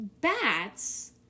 bats